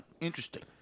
Interesting